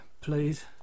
please